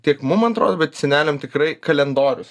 kiek mums atrodo bet seneliams tikrai kalendorius